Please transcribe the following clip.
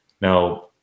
Now